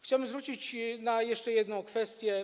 Chciałbym zwrócić uwagę na jeszcze jedną kwestię.